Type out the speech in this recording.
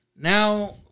now